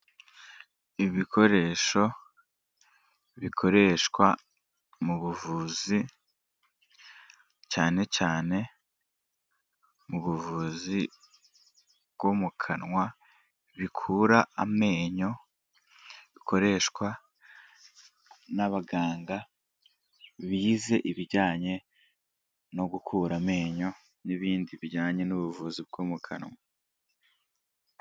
Ibikoresho bikoreshwa mu buvuzi cyane cyane mu buvuzi bwo mu kanwa bikura amenyo, bikoreshwa n'abaganga bize ibijyanye no gukura amenyo n'ibindi bijyanye n'ubuvuzi bwo mu kanwa.